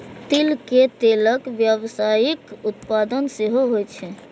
तिल के तेलक व्यावसायिक उत्पादन सेहो होइ छै